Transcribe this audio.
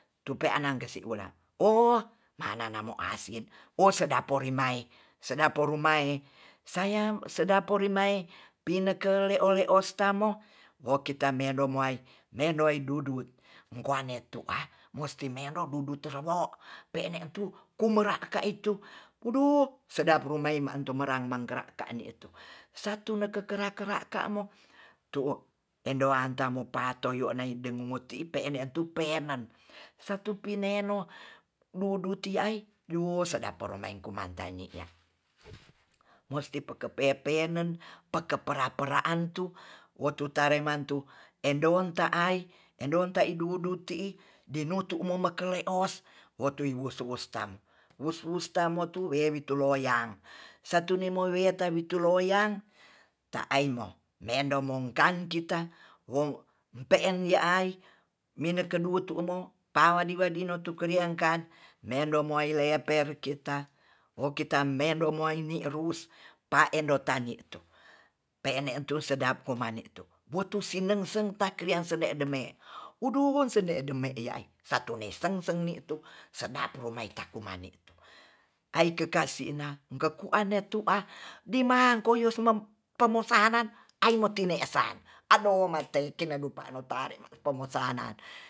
Tupenang kasi wura o mananamo asin o sedap porimau sedap porumai saya sedap porimai pineke ole ostamo wo kita nedom wai medoi dudut kuwane tu'a musti mendo dudu terewo musti medo dudu terewo pe'ne tu kumera ka itu wudu sedap rumei ma'entum merangmang kera ta ndi tu satu neke kera-kera kamo tu'o endo antang mo patoyo naidenguti pe'ne tu penan satu pineno duduti ai yu sedap poromeiku manta ni'ya musti moke pepenen peke pera-peraan tu waktu tare mantu endo ta'ai endon ta'i dudu ti'i dinotu memokele os wotuiwoso wos tam, wos-wos tamu tu wewi tu loyang satu nemo weta witu loyang ta'ai mo mendo mongkan kita wong pe'en ye'ai mineke duo tumo pawadi-wadi no karian kan mendop mowai leper kita o kita mendo muaini rus paendo tani tu pe'en ne'en sedap mo mane tu botu sinen seng pakrian sende'en deme wuduwun sende'en deme iya'ai sartu nesengseng ni tu sedap rumaita kumani tu kai kekasi'na kekuan ne tu a dimangko yosmem pemosanan aiwotine san adoh mate kina dupa no tare ma pomosanan